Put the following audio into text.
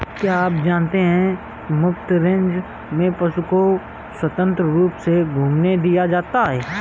क्या आप जानते है मुफ्त रेंज में पशु को स्वतंत्र रूप से घूमने दिया जाता है?